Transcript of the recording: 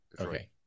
Okay